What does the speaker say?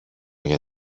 για